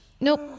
Nope